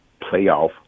playoff